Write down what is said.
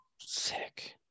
Sick